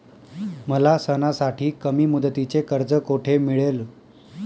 मला सणासाठी कमी मुदतीचे कर्ज कोठे मिळेल?